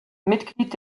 mitglied